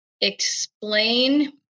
explain